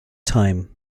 time